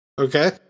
Okay